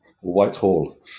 Whitehall